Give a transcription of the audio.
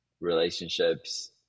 relationships